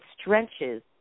stretches